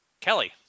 Kelly